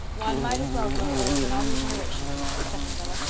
one might as well grow old when all your generation do, said marilla,